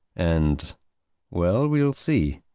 and well, we'll see.